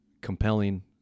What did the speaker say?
compelling